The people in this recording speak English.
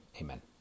amen